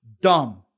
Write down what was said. dumb